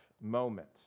moment